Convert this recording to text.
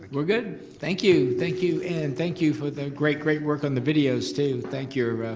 we're good! thank you, thank you, and thank you for the great, great work on the videos too. thank your